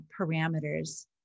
parameters